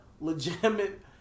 legitimate